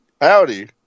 howdy